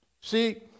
See